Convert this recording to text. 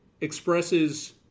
expresses